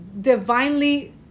divinely